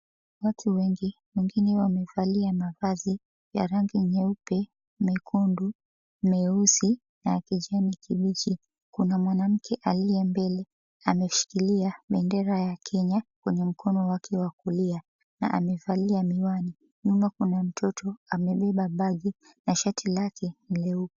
Watu wengi wengine wamevalia mavazi rangi nyeupe, mekundu meusi na kijani kibichi. Kuna mwanamke aliye mbele ameshikilia bendera ya Kenya kwenye mkono wake wa kulia na amevalia miwani. Nyuma kuna mtoto amebeba bagi na shati lake ni leupe.